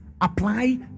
apply